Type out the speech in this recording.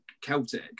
Celtic